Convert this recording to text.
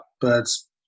birds